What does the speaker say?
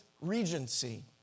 Regency